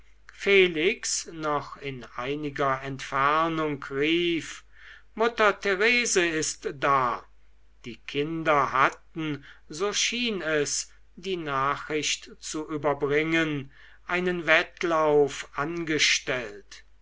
felix noch in einiger entfernung rief mutter therese ist da die kinder hatten so schien es die nachricht zu überbringen einen wettlauf angestellt